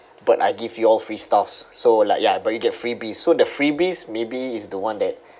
but I give you all free stuffs so like ya but you get freebies so the freebies maybe is the one that